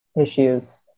issues